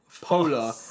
Polar